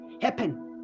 happen